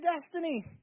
destiny